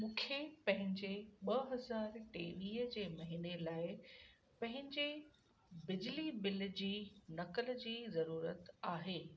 मूंखे पंहिंजे ॿ हज़ार टेवीह जे महीने लाइ पंहिंजे बिजली बिल जी नक़ल जी ज़रूरत आहे